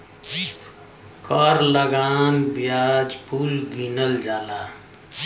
कर लगान बियाज कुल गिनल जाला